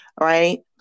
Right